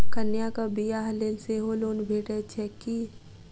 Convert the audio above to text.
कन्याक बियाह लेल सेहो लोन भेटैत छैक की?